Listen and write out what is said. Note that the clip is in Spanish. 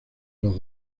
los